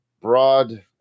broad